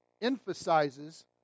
emphasizes